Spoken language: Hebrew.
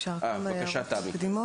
אפשר כמה הערות מקדימות?